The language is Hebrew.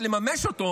על מנת לממש אותו